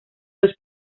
los